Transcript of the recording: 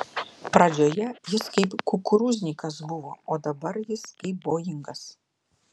pradžioje jis kaip kukurūznikas buvo o dabar jis kaip boingas